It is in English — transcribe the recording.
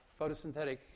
photosynthetic